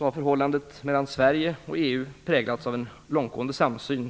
har förhållandet mellan Sverige och EU präglats av en långtgående samsyn.